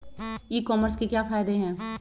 ई commerce के क्या फायदे हैं?